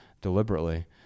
deliberately